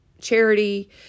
charity